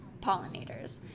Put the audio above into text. pollinators